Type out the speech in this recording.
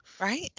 Right